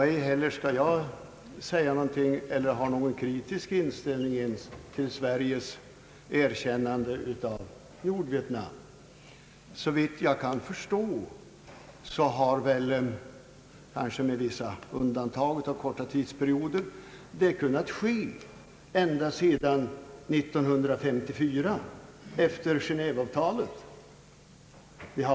Ej heller skall jag ge uttryck för någon kritisk inställning beträffande Sveriges erkännande av Nordvietnam. Såvitt jag kan förstå har ett sådant erkännande — utom möjligen under vissa tidsperioder — kunnat ske när som helst ända sedan år 1954, efter Genéveavtalet.